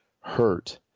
hurt